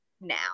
now